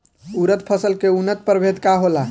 उरद फसल के उन्नत प्रभेद का होला?